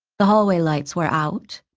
the hallway lights were out.